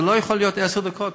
זה לא יכול להיות עשר דקות,